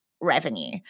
revenue